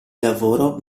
lavoro